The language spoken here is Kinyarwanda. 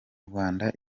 rwanda